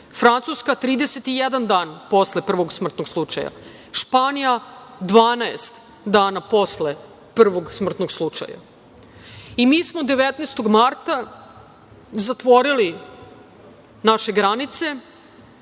Francuska 31 dan posle prvog smrtnog slučaja, Španija 12 dana posle prvog smrtnog slučaja. Mi smo 19. marta zatvorili naše granice,